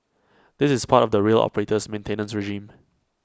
this is part of the rail operator's maintenance regime